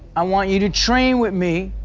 i want you to train with me,